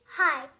Hi